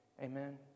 Amen